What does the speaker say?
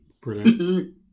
Brilliant